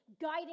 guiding